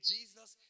Jesus